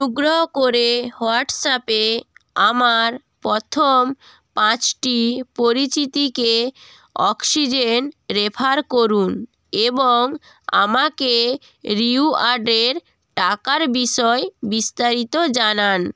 অনুগ্রহ করে হোয়াটসঅ্যাপে আমার প্রথম পাঁচটি পরিচিতিকে অক্সিজেন রেফার করুন এবং আমাকে রিওয়ার্ডের টাকার বিষয় বিস্তারিত জানান